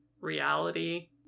reality